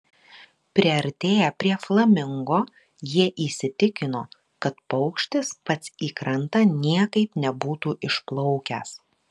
priartėję prie flamingo jie įsitikino kad paukštis pats į krantą niekaip nebūtų išplaukęs